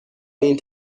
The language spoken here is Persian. این